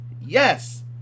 Yes